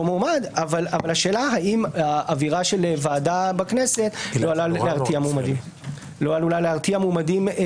מועמד אבל השאלה האם האווירה של ועדה בכנסת עלולה להרתיע מועמדים.